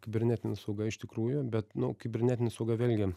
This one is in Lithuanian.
kibernetinė sauga iš tikrųjų bet nu kibernetinė sauga vėlgi